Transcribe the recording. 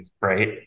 Right